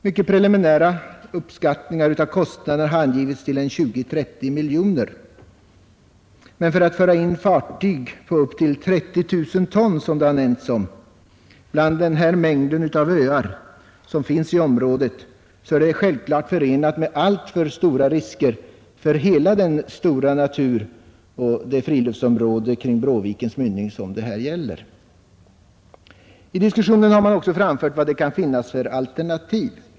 Mycket preliminärt har kostnaderna angivits till 20-30 miljoner. Och att ta in fartyg på upp till 30 000 ton — som har nämnts — bland den mängd av öar som finns i det här området är självklart förenat med alltför stora risker för hela det vidsträckta naturoch friluftsområdet kring Bråvikens mynning. I diskussionen har man också framfört olika alternativ.